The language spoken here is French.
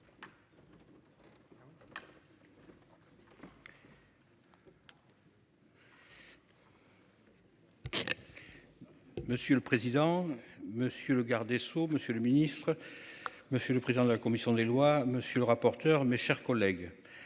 Monsieur le président, monsieur le garde des Sceaux, Monsieur le Ministre. Monsieur le président de la commission des lois. Monsieur le rapporteur. Mes chers collègues.